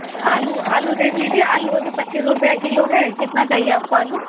आलू आलू देख लीजिए आलू अभी पच्चीस रुपया किलो है कितना चाहिए आपको आलू